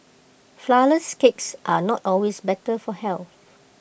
Flourless Cakes are not always better for health